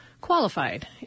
qualified